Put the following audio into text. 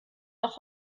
noch